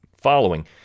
following